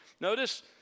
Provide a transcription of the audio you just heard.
Notice